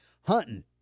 hunting